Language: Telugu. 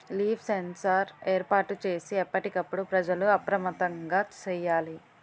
లీఫ్ సెన్సార్ ఏర్పాటు చేసి ఎప్పటికప్పుడు ప్రజలు అప్రమత్తంగా సేయాలి